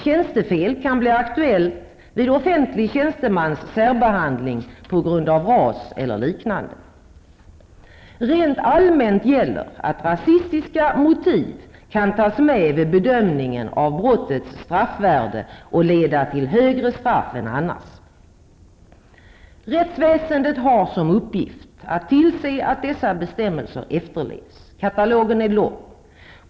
Tjänstefel kan bli aktuellt vid offentlig tjänstemans särbehandling på grund av ras eller liknande. Rent allmänt gäller att rasistiska motiv kan tas med vid bedömningen av brottets straffvärde och leda till högre straff än annars. Rättsväsendet har som uppgift att tillse att dessa bestämmelser efterlevs. Katalogen är lång.